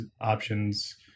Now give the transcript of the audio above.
options